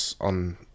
on